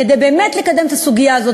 כדי באמת לקדם את הסוגיה הזאת.